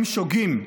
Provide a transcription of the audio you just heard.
הם שוגים.